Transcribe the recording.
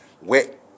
wet